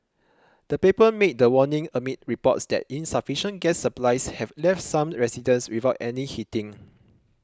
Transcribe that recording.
the paper made the warning amid reports that insufficient gas supplies have left some residents without any heating